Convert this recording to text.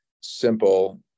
simple